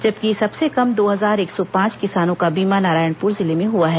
जबकि सबसे कम दो हजार एक सौ पांच किसानों का बीमा नारायणपुर जिले में हुआ है